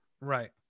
Right